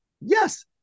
Yes